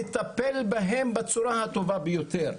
לטפל בהן בצורה הטובה ביותר.